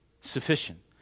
Sufficient